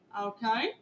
Okay